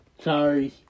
Sorry